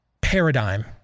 paradigm